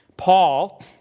Paul